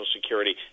security